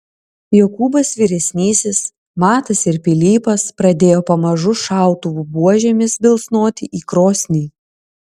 jokūbas vyresnysis matas ir pilypas pradėjo pamažu šautuvų buožėmis bilsnoti į krosnį